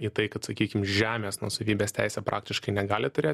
į tai kad sakykim žemės nuosavybės teisę praktiškai negali turėt